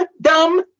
dumb